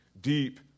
deep